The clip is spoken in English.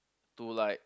to like